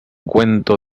cuento